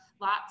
lots